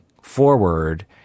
forward